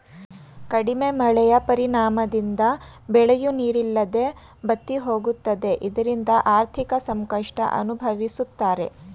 ಕಡಿಮೆ ಮಳೆಯ ಪರಿಣಾಮದಿಂದ ಬೆಳೆಯೂ ನೀರಿಲ್ಲದೆ ಬತ್ತಿಹೋಗುತ್ತದೆ ಇದರಿಂದ ಆರ್ಥಿಕ ಸಂಕಷ್ಟ ಅನುಭವಿಸುತ್ತಾರೆ